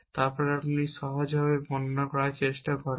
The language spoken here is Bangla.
তারপর আপনি যদি সহজভাবে বর্ণনা করার চেষ্টা করেন